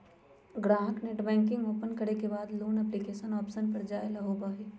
ग्राहक netbanking open करे के बाद लोन एप्लीकेशन ऑप्शन पर जाय ला होबा हई